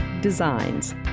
designs